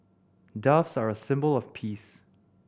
doves are a symbol of peace